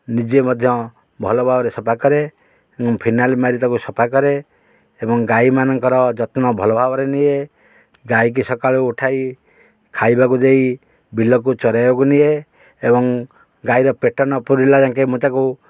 ନିଜେ ମଧ୍ୟ ଭଲ ଭାବରେ ସଫା କରେ ଏବଂ ଫିନାଇଲ ମାରି ତାକୁ ସଫା କରେ ଏବଂ ଗାଈମାନଙ୍କର ଯତ୍ନ ଭଲ ଭାବରେ ନିଏ ଗାଈକି ସକାଳୁ ଉଠାଇ ଖାଇବାକୁ ଦେଇ ବିଲକୁ ଚରାଇବାକୁ ନିଏ ଏବଂ ଗାଈର ପେଟ ନ ପୁରୁିଲା ଯାକେ ମୁଁ ତାକୁ